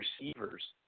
receivers